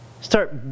Start